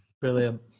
brilliant